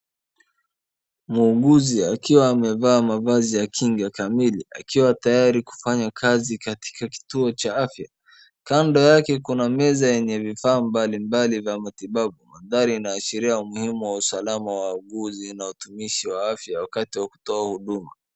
Muuguzi akiwa amevaa mavazi ya kinga kamili, akiwa tayari kufanya kazi katika kituo cha afya. Kando yake kuna meza yenye vifaa mbalimbali vya matibabu. Mandhari inaashiria umuhimu wa usalama wa wauguzi na watumishi wa afya wakati wa kutoa huduma.